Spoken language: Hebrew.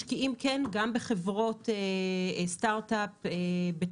משקיעים גם בחברות סטרטאפ.